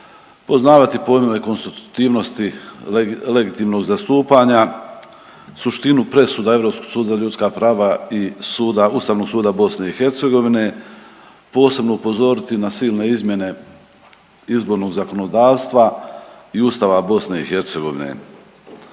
poznavati pojmove konstitutivnosti, legitimnog zastupanja, suštinu presuda Europskog suda za ljudska prava i suda, Ustavnog suda BiH, posebno upozoriti na silne izmjene izbornog zakonodavstva i Ustava BiH.